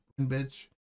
bitch